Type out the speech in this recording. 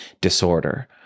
disorder